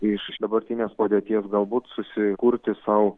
iš iš dabartinės padėties galbūt susikurti sau